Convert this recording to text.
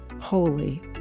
Holy